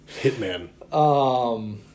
Hitman